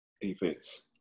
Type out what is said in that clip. defense